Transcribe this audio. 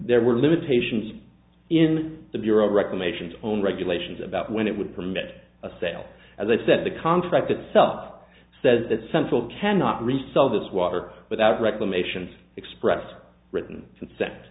there were limitations in the bureau of reclamation its own regulations about when it would permit a sale as i said the contract itself says that central cannot resell this water without reclamation of expressed written